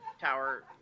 tower